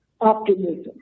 optimism